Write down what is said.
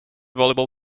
volleyball